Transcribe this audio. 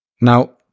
Now